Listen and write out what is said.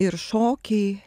ir šokiai